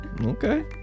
Okay